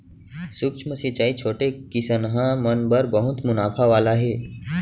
सूक्ष्म सिंचई छोटे किसनहा मन बर बहुत मुनाफा वाला हे